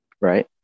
right